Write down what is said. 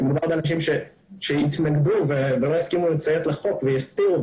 כשמדובר באנשים שיתנגדו ולא יסכימו לציית לחוק ויסתירו,